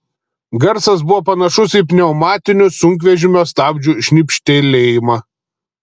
garsas buvo panašus į pneumatinių sunkvežimio stabdžių šnypštelėjimą